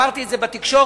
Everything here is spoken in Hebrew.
אמרתי את זה בתקשורת,